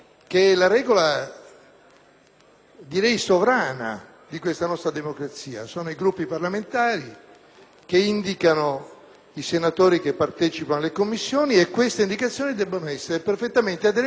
regola sovrana della nostra democrazia, vale a dire sono i Gruppi parlamentari che indicano i senatori che partecipano alle Commissioni e tali indicazioni devono essere perfettamente aderenti alla proporzione